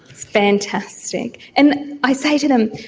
fantastic. and i say to them,